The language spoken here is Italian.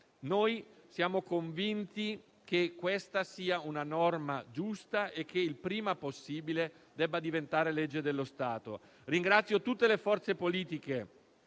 Siamo convinti che sia una norma giusta e che il prima possibile debba diventare legge dello Stato. Ringrazio tutte le forze politiche